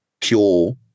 pure